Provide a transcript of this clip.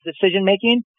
decision-making